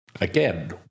again